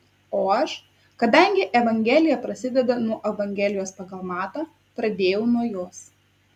o aš kadangi evangelija prasideda nuo evangelijos pagal matą pradėjau nuo jos